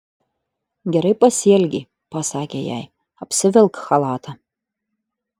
gerai pasielgei pasakė jai apsivilk chalatą